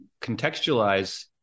contextualize